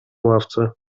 ławce